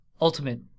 ultimate